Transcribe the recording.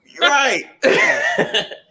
right